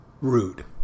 rude